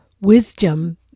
wisdom